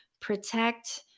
protect